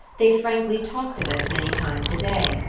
they frankly talked of it many times a day.